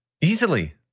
easily